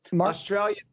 Australian